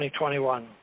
2021